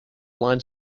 lines